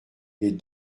les